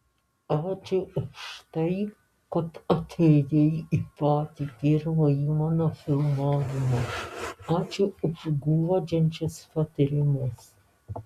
ačiū už tai kad atėjai į patį pirmąjį mano filmavimą ačiū už guodžiančius patarimus